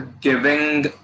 giving